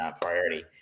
priority